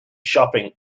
shopping